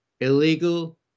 illegal